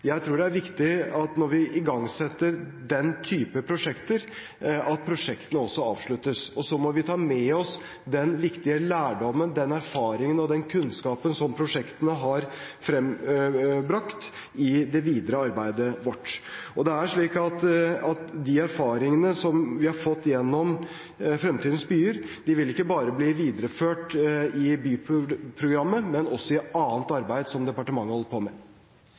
Jeg tror det er viktig at når vi igangsetter den type prosjekter, avsluttes også prosjektene. Så må vi ta med oss den viktige lærdommen, den erfaringen og den kunnskapen som prosjektene har frembrakt, i det videre arbeidet vårt. De erfaringene som vi har fått gjennom Framtidens byer, vil ikke bare bli videreført i Byregionprogrammet, men også i annet arbeid som departementet holder på med.